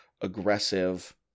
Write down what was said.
aggressive